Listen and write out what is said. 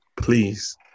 please